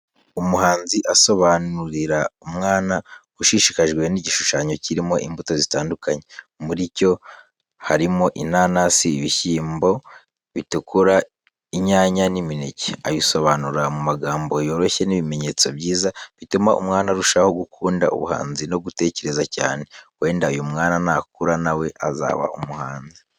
Umuhanzi asobanurira umwana ushishikajwe n'igishushanyo kirimo imbuto zitandukanye. Muricyo harimo inanasi, ibishyimbo bitukura, inyanya, n’imineke. Abisobanura mu magambo yoroshye n’ibimenyetso byiza, bituma umwana arushaho gukunda ubuhanzi no gutekereza cyane. Wenda uyu mwana nakura na we azaba umuhanzi.